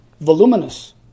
voluminous